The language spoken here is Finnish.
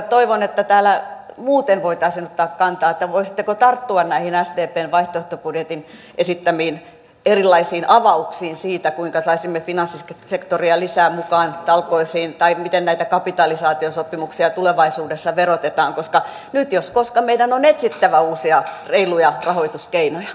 toivon että täällä muuten voitaisiin ottaa kantaa siihen voisitteko tarttua näihin sdpn vaihtoehtobudjetin esittämiin erilaisiin avauksiin siitä kuinka saisimme finanssisektoria lisää mukaan talkoisiin tai miten näitä kapitaalisaatiosopimuksia tulevaisuudessa verotetaan koska nyt jos koskaan meidän on etsittävä uusia reiluja rahoituskeinoja